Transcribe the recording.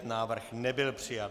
Návrh nebyl přijat.